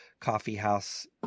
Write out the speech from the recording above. coffeehouse